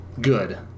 Good